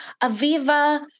Aviva